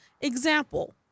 Example